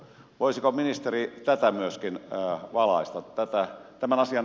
voisiko ministeri myöskin tämän asian etenemistä valaista